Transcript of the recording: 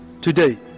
Today